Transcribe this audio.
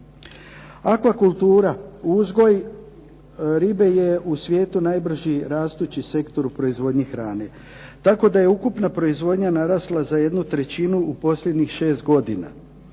Aqua kultura uzgoj ribe je u svijetu najbrži rastući sektor u proizvodnji hrane. Tako da je ukupna proizvodnja narasla za jednu trećinu u posljednjih 6 godina.